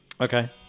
Okay